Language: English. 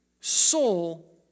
soul